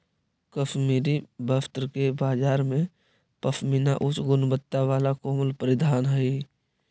कश्मीरी वस्त्र के बाजार में पशमीना उच्च गुणवत्ता वाला कोमल परिधान हइ